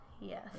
Yes